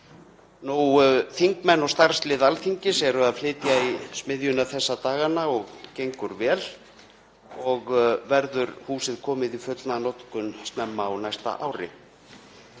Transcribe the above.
Þingmenn og starfslið Alþingis eru að flytja í Smiðjuna þessa dagana og gengur vel og verður húsið komið í fulla notkun snemma á næsta ári.